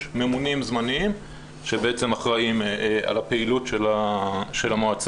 יש ממונים זמניים שבעצם אחראיים על הפעילות של המועצה